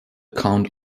count